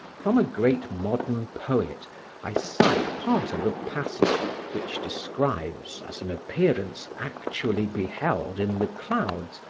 from a great modern poet i cite part of a passage which describes, as an appearance actually beheld in the clouds,